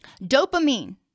dopamine